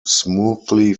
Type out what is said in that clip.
smoothly